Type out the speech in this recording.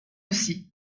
aussi